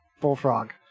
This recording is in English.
bullfrog